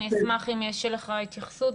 אני אשמח אם יש לך התייחסות,